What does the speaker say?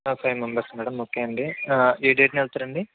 five members madam okay అండి ఏ డేట్న వెళ్తారండి